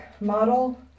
model